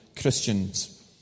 Christians